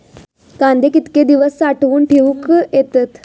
कांदे कितके दिवस साठऊन ठेवक येतत?